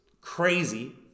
crazy